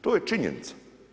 To je činjenica.